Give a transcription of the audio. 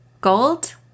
Gold